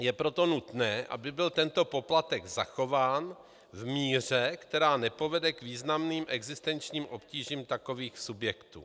Je proto nutné, aby byl tento poplatek zachován v míře, která nepovede k významným existenčním obtížím takových subjektů.